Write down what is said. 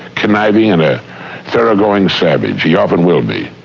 conniving, and a thorough-going savage, he often will be.